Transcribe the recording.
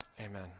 Amen